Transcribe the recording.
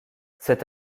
cet